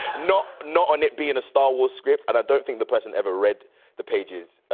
not not on it being a star wars script, and i don't think the person ever read the pages.